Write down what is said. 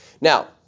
Now